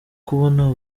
kubona